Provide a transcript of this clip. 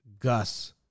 Gus